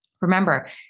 Remember